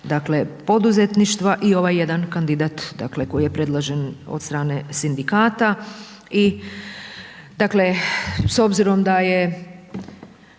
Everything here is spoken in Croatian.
dakle poduzetništva i ovaj 1 kandidat dakle koji je predložen od strane sindikata. I dakle s obzirom da je